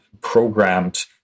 programmed